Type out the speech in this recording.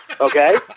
Okay